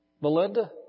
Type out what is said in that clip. Melinda